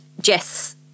Jess